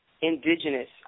indigenous